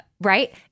right